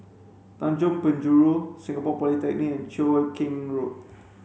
Tanjong Penjuru Singapore Polytechnic and Cheow Keng Road